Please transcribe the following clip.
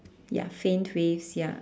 ya same face ya